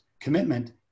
Commitment